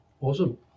awesome